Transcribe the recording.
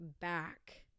back